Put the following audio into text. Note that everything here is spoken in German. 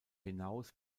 hinaus